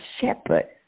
shepherd